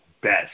best